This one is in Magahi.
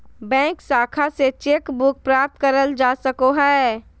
बैंक शाखा से चेक बुक प्राप्त करल जा सको हय